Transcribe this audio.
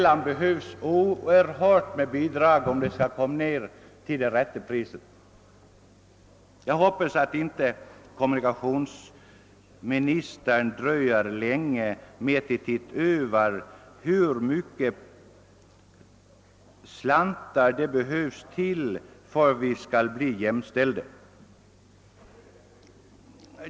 Det behövs alltså ett oerhört stort bidrag om vi skall komma ned till det rätta priset. Jag hoppas att det inte dröjer länge innan kommunikationsministern ser över hur mycket pengar som behövs för att vi skall bli jämställda.